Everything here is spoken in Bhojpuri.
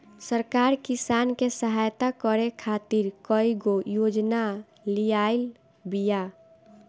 सरकार किसान के सहयता करे खातिर कईगो योजना लियाइल बिया